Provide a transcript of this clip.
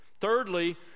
Thirdly